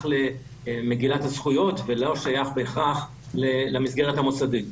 למגילת הזכויות ולא שייך בהכרח למסגרת המוסדית.